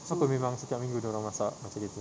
apa memang setiap minggu dia orang masak macam gitu